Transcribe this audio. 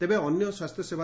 ତେବେ ଅନ୍ୟ ସ୍ୱାସ୍ଥ୍ୟସେବ